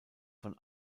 von